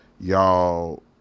y'all